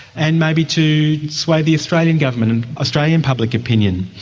and maybe to sway the australian government and australian public opinion.